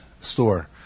store